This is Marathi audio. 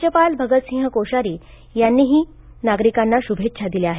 राज्यपाल भगत सिंह कोश्यारी यांनीही नागरिकांना शुभेच्छा दिल्या आहेत